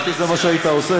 לדעתי זה מה שהיית עושה.